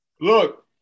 Look